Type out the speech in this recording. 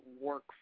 work